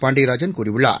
பாண்டியராஜன் கூறியுள்ளார்